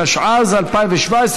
התשע"ז 2017,